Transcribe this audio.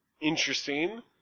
interesting